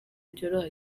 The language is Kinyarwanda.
byoroha